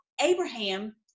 Abraham